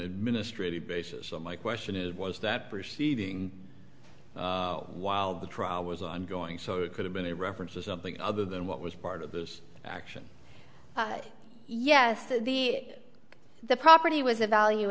administrative basis so my question is was that proceeding while the trial was ongoing so it could have been a reference to something other than what was part of this action yes to the the property was evalu